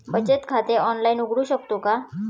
बचत खाते ऑनलाइन उघडू शकतो का?